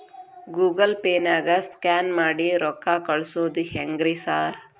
Google ಪೇನಾಗ scan ಮಾಡಿ ರೊಕ್ಕಾ ಕಳ್ಸೊದು ಹೆಂಗ್ರಿ ಸಾರ್?